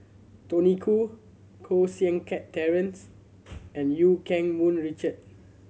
Tony Khoo Koh Seng Kiat Terence and Eu Keng Mun Richard